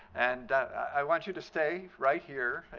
and i want you to stay right here.